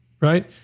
right